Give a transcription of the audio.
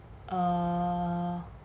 err